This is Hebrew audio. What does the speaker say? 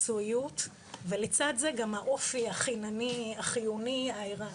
מקצועיות ולצד זה גם האופי החינני, החיוני.